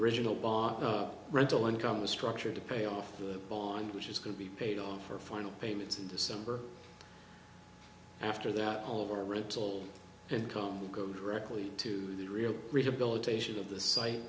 original bought up rental income was structured to pay off the bond which is going to be paid off for final payments in december after that all of our rent told income go directly to the real rehabilitation of the site